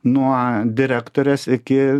nuo direktorės iki